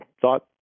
thought